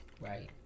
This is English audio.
Right